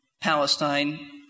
Palestine